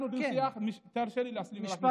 מאחר שניהלנו דו-שיח, תרשה לי להשלים רק משפט.